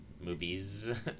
movies